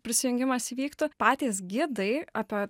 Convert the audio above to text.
prisijungimas įvyktų patys gidai apie